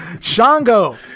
Shango